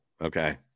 Okay